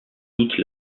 doute